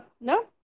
no